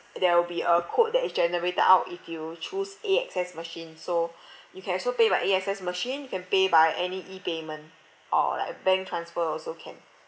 there will be a code that is generated out if you choose A_X_S machine so you can also pay by A_X_S machine you can pay by any E payment or like a bank transfer also can